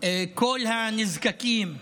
כל הנזקקים.